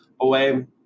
away